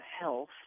health